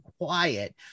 quiet